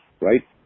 right